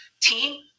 team